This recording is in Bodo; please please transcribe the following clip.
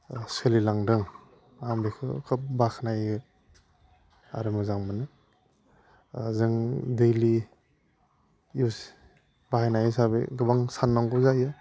सोलिलांदों आं बेखो बाखनायो आरो मोजां मोनो जों डेलि इउस बाहायनाय हिसाबै गोबां साननांगौ जायो